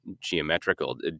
geometrical